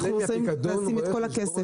אנחנו נשים את כל הכסף.